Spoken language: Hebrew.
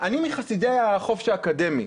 אני מחסידי החופש האקדמי.